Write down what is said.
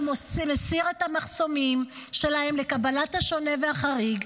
מסיר את המחסומים שלהם לקבלת השונה והחריג,